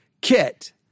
kit